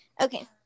Okay